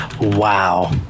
wow